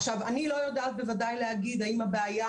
עכשיו אני לא יודעת בוודאי להגיד האם הבעיה